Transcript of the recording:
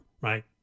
right